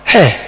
Hey